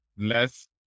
Less